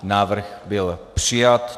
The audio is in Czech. Návrh byl přijat.